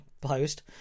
post